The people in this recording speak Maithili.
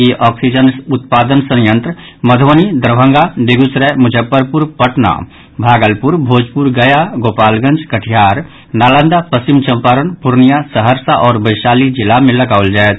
ई ऑक्सीजन उत्पादन संयंत्र मधुबनी दरभंगा बेगूसराय मुजफ्फरपुर पटना भागलपुर भोजपुर गया गोपालगंज कटिहार नालंदा पश्चिम चम्पारण पूर्णियां सहरसा आओर वैशाली जिला मे लगाओल जायत